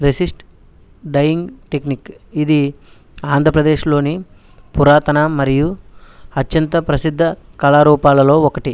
resist dyeing technique ఇది ఆంధ్రప్రదేశ్లోని పురాతన మరియు అత్యంత ప్రసిద్ధ కళారూపాలలో ఒకటి